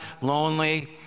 lonely